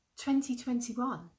2021